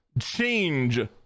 change